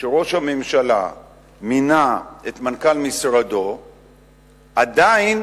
שראש הממשלה מינה את מנכ"ל משרדו עדיין